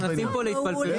אנחנו נכנסים כאן להתפלפלות.